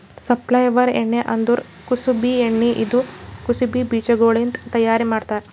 safflower ಎಣ್ಣಿ ಅಂದುರ್ ಕುಸುಬಿ ಎಣ್ಣಿ ಇದು ಕುಸುಬಿ ಬೀಜಗೊಳ್ಲಿಂತ್ ತೈಯಾರ್ ಮಾಡ್ತಾರ್